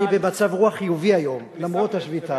אני אומר, אני במצב רוח חיובי היום, למרות השביתה.